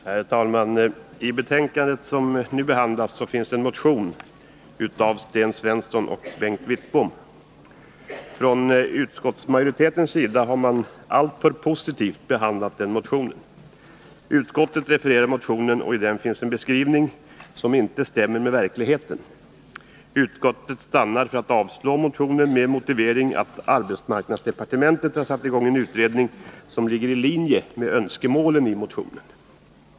Herr talman! I föreliggande betänkande behandlas en motion av Sten Svensson och Bengt Wittbom. Från utskottsmajoritetens sida har man alltför positivt behandlat denna motion. Utskottet refererar motionen, och i den finns en beskrivning som inte stämmer med verkligheten. Utskottet stannar för att avstyrka motionen med motivering att arbetsmarknadsdepartementet har satt i gång en utredning som ligger i linje med önskemålen i motionen.